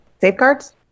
safeguards